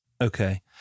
Okay